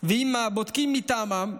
ועם הבודקים מטעמם,